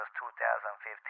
2015